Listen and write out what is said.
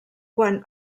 quan